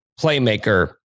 playmaker